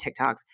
TikToks